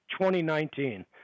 2019